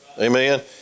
Amen